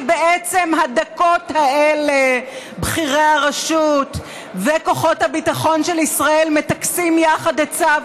שבעצם הדקות האלה בכירי הרשות וכוחות הביטחון של ישראל מטכסים יחד עצה,